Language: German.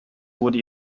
wurde